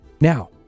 Now